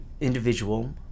individual